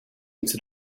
into